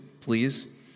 please